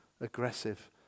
aggressive